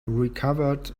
recovered